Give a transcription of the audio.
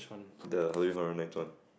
the halloween horror night's one